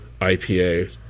IPA